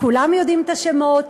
כולם יודעים את השמות,